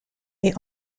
est